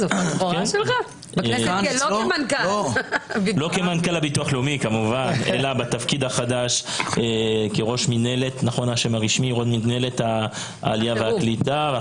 לא כמנכ"ל הביטוח הלאומי אלא בתפקיד החדש כראש מנהלת העלייה והקליטה.